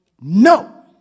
no